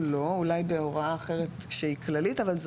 אולי בהוראה אחרת שהיא כללית אבל זה